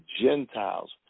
Gentiles